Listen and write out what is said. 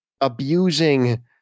abusing